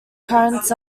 currents